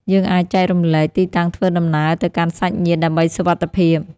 យើងអាចចែករំលែកទីតាំងធ្វើដំណើរទៅកាន់សាច់ញាតិដើម្បីសុវត្ថិភាព។